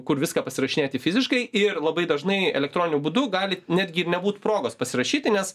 kur viską pasirašinėti fiziškai ir labai dažnai elektroniniu būdu gali netgi ir nebūt progos pasirašyti nes